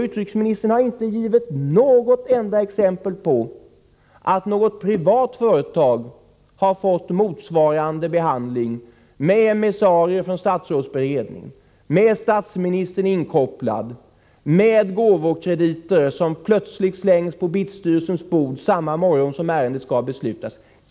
Utrikesministern har inte givit något enda exempel på att ett privat företag har fått motsvarande behandling — med en emissarie från statsrådsberedningen, med statsministern inkopplad, med gåvokrediter som samma morgon som ärendet skall beslutas slängs på BITS styrelses bord.